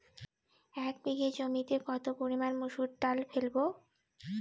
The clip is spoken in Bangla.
এক বিঘে জমিতে কত পরিমান মুসুর ডাল ফেলবো?